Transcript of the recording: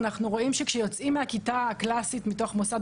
אנחנו רואים שכשיוצאים מהכיתה הקלסית במוסד